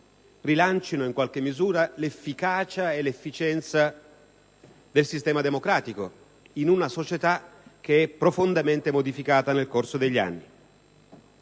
rilancino in qualche misura l'efficacia e l'efficienza del sistema democratico in una società che si è profondamente modificata nel corso degli anni.